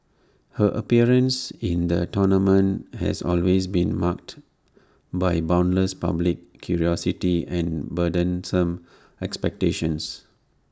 her appearance in the tournament has always been marked by boundless public curiosity and burdensome expectations